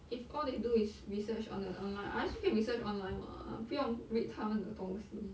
if all they do is research on the online I also can research online [what] 不用 read 他们的东西